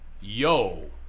yo